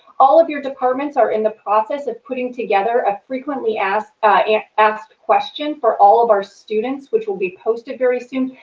all of your departments are in the process of putting together a frequently asked yeah asked questions for all of our students which will be posted very soon.